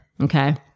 Okay